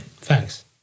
Thanks